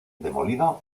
demolido